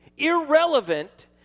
irrelevant